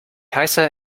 heiße